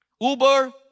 Uber